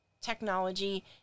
technology